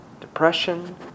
depression